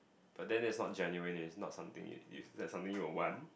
but then it's not genuine it's not something it is that something you would want